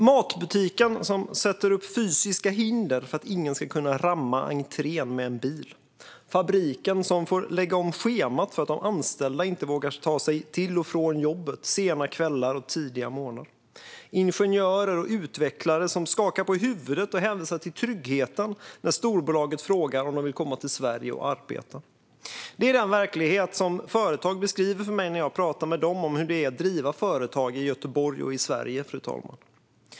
Matbutiken som sätter upp fysiska hinder för att ingen ska kunna ramma entrén med en bil, fabriken som får lägga om schemat för att de anställda inte vågar ta sig till och från jobbet sena kvällar och tidiga morgnar, ingenjörer och utvecklare som skakar på huvudet och hänvisar till tryggheten när storbolaget frågar om de vill komma till Sverige och arbeta - det är den verklighet som företag beskriver för mig när jag pratar med dem om hur det är att driva företag i Göteborg och Sverige.